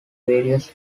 various